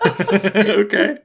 Okay